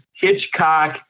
Hitchcock